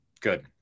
Good